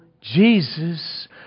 Jesus